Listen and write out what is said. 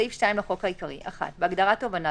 בסעיף 2 לחוק העיקרי (1) בהגדרה "תובענה",